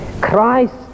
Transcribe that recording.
Christ